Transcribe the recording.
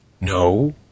No